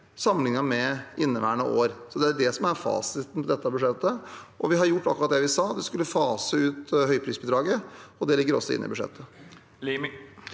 sammenlignet med inneværende år. Det er det som er fasiten på dette budsjettet. Vi har gjort akkurat det vi sa, at vi skulle fase ut høyprisbidraget, og det ligger også inne i budsjettet.